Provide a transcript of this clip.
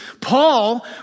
Paul